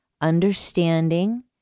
understanding